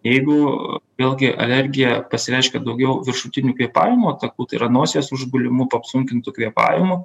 jeigu vėlgi alergija pasireiškia daugiau viršutinių kvėpavimo takų tai yra nosies užgulimu apsunkintu kvėpavimu